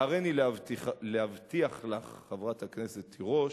והריני להבטיח לך, חברת הכנסת תירוש,